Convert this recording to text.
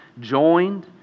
joined